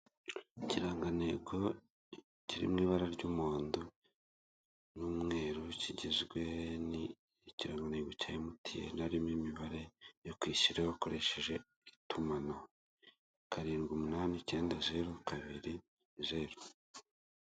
Ikirangantego kiri mu ibara ry'umuhondo n'umweru kigizwe n'ikiranagantego cya emutiyeni harimo imibare yo kwishyura ukoresheje itumanaho karindwi umunani icyenda zeru kabiri zeru.